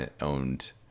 owned